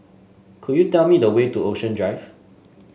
could you tell me the way to Ocean Drive